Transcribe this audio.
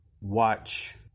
watch